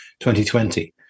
2020